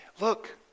Look